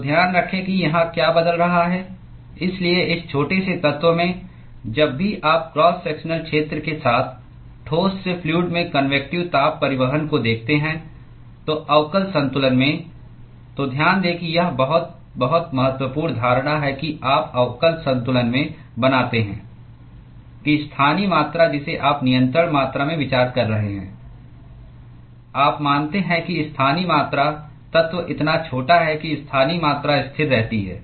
तो ध्यान रखें कि यहाँ क्या बदल रहा है इसलिए इस छोटे से तत्व में जब भी आप क्रॉस सेक्शनल क्षेत्र के साथ ठोस से फ्लूअड में कन्वेक्टिव ताप परिवहन को देखते हैं तो अवकल संतुलन में तो ध्यान दें कि यह बहुत बहुत महत्वपूर्ण धारणा है कि आप अवकल संतुलन में बनाते हैं कि स्थानीय मात्रा जिसे आप नियंत्रण मात्रा में विचार कर रहे हैं आप मानते हैं कि स्थानीय मात्रा तत्व इतना छोटा है कि स्थानीय मात्रा स्थिर रहती है